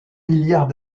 milliards